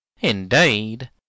Indeed